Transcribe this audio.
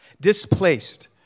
Displaced